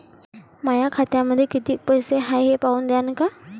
माया खात्यात कितीक पैसे बाकी हाय हे पाहून द्यान का?